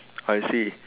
I see